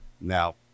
now